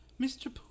Mr